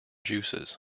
juices